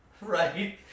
right